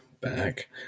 back